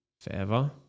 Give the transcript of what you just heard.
forever